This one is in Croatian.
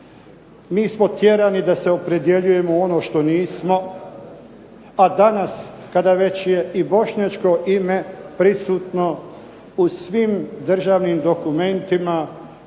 Mi smo tjerani da se opredjeljujemo u ono što nismo, a danas kada već je i bošnjačko ime prisutno u svim državnim dokumentima